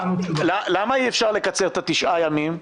למה אי אפשר לקצר את תשעת הימים?